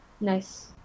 Nice